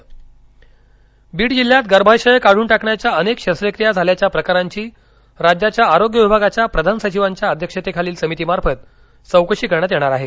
विधान परिषद बीड जिल्ह्यात गर्भाशयं काढून टाकण्याच्या अनेक शस्त्रक्रीया झाल्याच्या प्रकारांची राज्याच्या आरोग्य विभागाच्या प्रधान सचिवांच्या अध्यक्षतेखालील समिती मार्फत चौकशी करण्यात येणार आहे